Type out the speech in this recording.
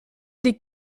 des